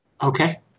Okay